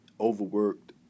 overworked